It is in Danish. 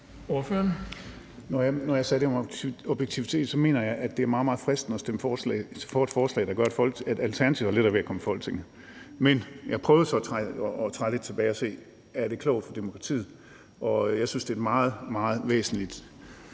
Når jeg sagde det med objektivitet, mente jeg, at det er meget, meget fristende at stemme for et forslag, der gør, at Alternativet har lettere ved at komme i Folketinget. Men jeg prøvede så at træde lidt tilbage og se på, om det er klogt for demokratiet. Jeg synes, det er en meget, meget væsentlig